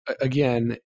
again